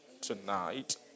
tonight